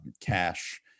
cash